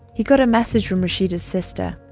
he got a message from rashida's sister,